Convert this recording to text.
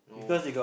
no